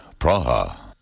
Praha